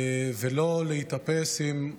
ולא להיתפס עם,